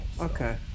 okay